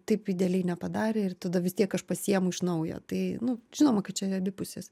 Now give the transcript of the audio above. taip idealiai nepadarė ir tada vis tiek aš pasiimu iš naujo tai nu žinoma kad čia abi pusės